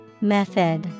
Method